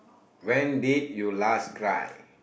when did you last cry